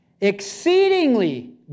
exceedingly